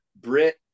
Brit